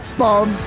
bum